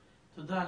כן, תודה לך.